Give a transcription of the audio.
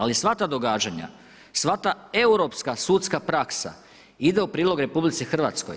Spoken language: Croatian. Ali sva ta događanja, sva ta europska sudska praksa ide u prilog RH.